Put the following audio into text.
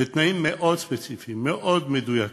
בתנאים מאוד ספציפיים, מאוד מדויקים.